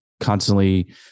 constantly